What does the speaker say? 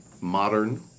modern